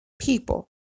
people